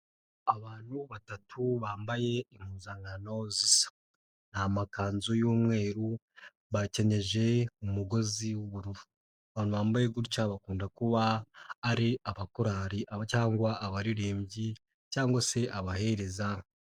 Abantu batatu bambaye impuzankano zisa. Ni amakanzu y'umweru, bayakenyeje umugozi w'ubururu, abantu bambaye gutya bakunda kuba ari abakorari cyangwa abaririmbyi cyangwa se abahereza.